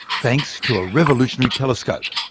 thanks to a revolutionary telescope.